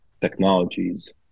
technologies